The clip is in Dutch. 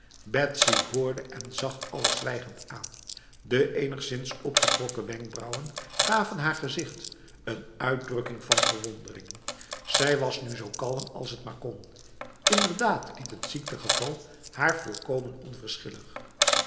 betsy hoorde en zag alles zwijgend aan de enigszins opgetrokken wenkbrauwen gaven haar gezicht een uitdrukking van verwondering zij was nu zo kalm als t maar kon inderdaad liet het ziektegeval haar volkomen